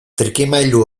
trikimailu